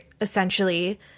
essentially